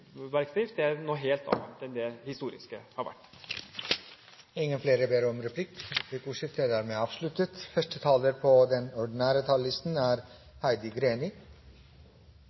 bergverksdrift er noe helt annet enn det det historisk har vært. Replikkordskiftet er dermed avsluttet.